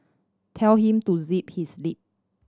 tell him to zip his lip